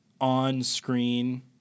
on-screen